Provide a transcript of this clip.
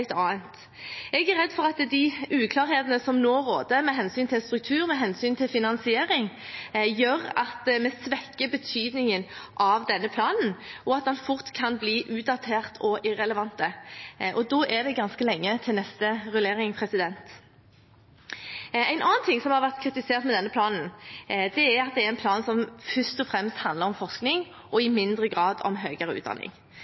annet. Jeg er redd for at de uklarheter som nå råder med hensyn til struktur og med hensyn til finansiering, gjør at vi svekker betydningen av denne planen, og at den fort kan bli utdatert og irrelevant, og da er det ganske lenge til neste rullering. En annen ting som har vært kritisert med denne planen, er at det er en plan som først og fremst handler om forskning og i mindre grad om høyere utdanning.